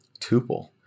Tuple